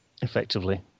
Effectively